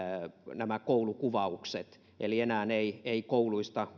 nämä koulukuvaukset eli enää ei ei kouluissa